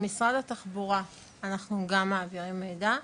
למשרד התחבורה אנחנו גם מעבירים מידע,